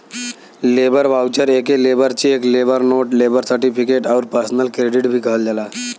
labour voucher एके labour cheque, labour note, labour certificate आउर personal credit भी कहल जाला